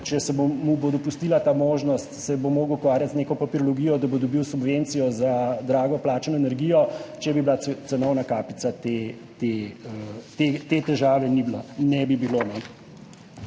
če se mu bo dopustila ta možnost, z neko papirologijo, da bo dobil subvencijo za drago plačano energijo. Če bi bila cenovna kapica, te težave ne bi bilo.